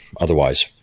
otherwise